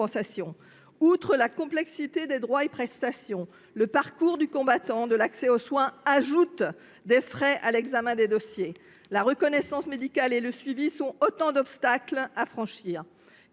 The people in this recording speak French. Outre la complexité des droits et prestations, le parcours du combattant de l’accès aux soins ajoute des freins à l’examen des dossiers. La reconnaissance médicale et le suivi sont autant d’obstacles à franchir.